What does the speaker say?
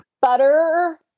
Butter